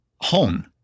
home